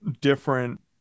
different